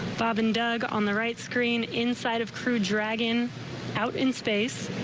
bob and doug on the right screen inside of crew dragon out in space.